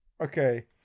Okay